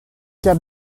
cap